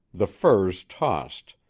the firs tossed,